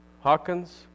Hawkins